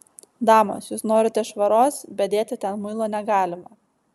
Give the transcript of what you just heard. damos jūs norite švaros bet dėti ten muilo negalima